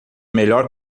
melhor